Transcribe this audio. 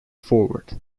forward